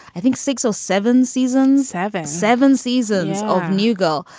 i think six or seven seasons have and seven seasons of new girl.